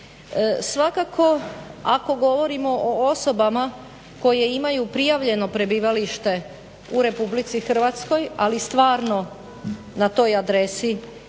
Svakako ako govorimo o osobama koje imaju prijavljeno prebivalište u Republici Hrvatskoj, ali stvarno na toj adresi